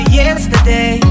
yesterday